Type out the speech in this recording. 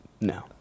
No